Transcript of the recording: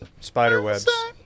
Spiderwebs